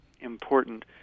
important